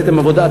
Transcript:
עשיתם עבודה,